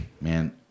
man